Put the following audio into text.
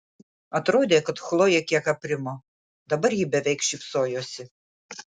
atrodė kad chlojė kiek aprimo dabar ji beveik šypsojosi